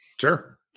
Sure